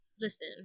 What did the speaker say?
listen